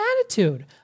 attitude